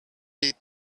did